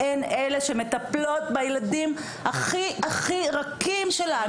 והן אלה שמטפלות בילדים הכי רכים שלנו.